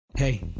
Hey